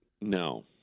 No